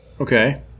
Okay